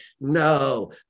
no